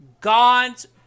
God's